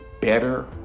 better